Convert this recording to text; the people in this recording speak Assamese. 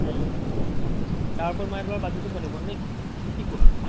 তাৰ ওপৰত মানে তোমাৰ বাজেটটো বনিব নে কি কোৱা